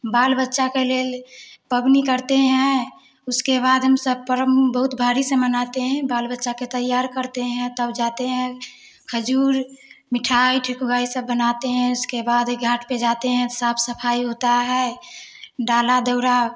बाल बच्चा के लिए पबनी करते हैं उसके बाद हम सब पर्व बहुत भारी से मनाते हैं बाल बच्चा के तैयार करते हैं तब जाते हैं खजूर मिठाई ठेकुआ ये सब बनाते हैं इसके बाद ही घाट पे जाते हैं साफ़ सफ़ाई होता है डाला दौरा